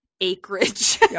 acreage